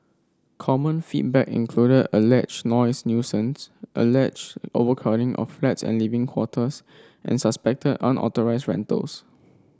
common feedback included alleged noise nuisance alleged overcrowding of flats and living quarters and suspected unauthorised rentals